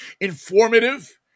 informative